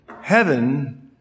heaven